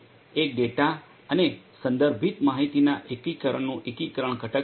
એક ડેટા અને સંદર્ભિત માહિતીના એકીકરણનું એકીકરણ ઘટક છે